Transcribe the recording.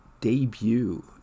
debut